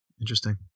Interesting